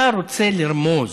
אתה רוצה לרמוז